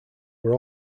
were